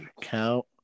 count